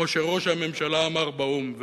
כמו שראש הממשלה אמר באו"ם,